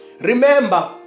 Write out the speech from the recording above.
Remember